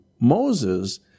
Moses